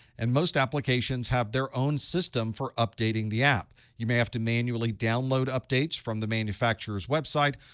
and most applications have their own system for updating the app. you may have to manually download updates from the manufacturer's website,